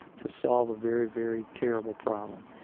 to solve a very, very terrible problem.